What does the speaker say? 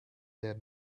their